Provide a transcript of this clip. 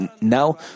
Now